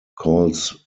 calls